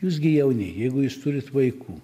jūs gi jauni jeigu jūs turit vaikų